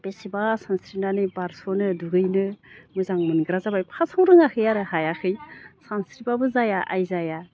बेसेबा सानस्रिनानै बारस'नो दुगैनो मोजां मोनग्रा जाबाय फार्स्टआव रोङाखै आरो हायाखै सानस्रिबाबो जाया आइ जाया